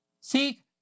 Seek